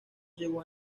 llegó